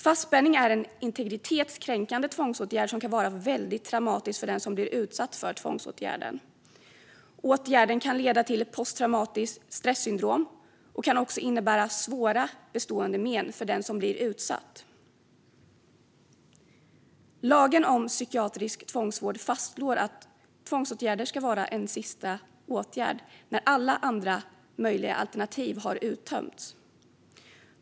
Fastspänning är en integritetskränkande tvångsåtgärd som kan vara väldigt traumatisk för den som blir utsatt för den. Åtgärden kan leda till posttraumatiskt stressyndrom och kan också ge svåra bestående men för den som blir utsatt. Lagen om psykiatrisk tvångsvård fastslår att tvångsåtgärder ska vara en sista åtgärd när alla andra möjliga alternativ har uttömts.